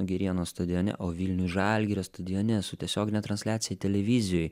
girėno stadione o vilniuj žalgirio stadione su tiesiogine transliacija televizijoj